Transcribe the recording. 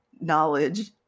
knowledge